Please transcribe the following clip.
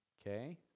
Okay